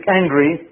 angry